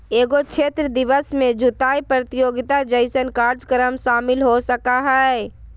एगो क्षेत्र दिवस में जुताय प्रतियोगिता जैसन कार्यक्रम शामिल हो सकय हइ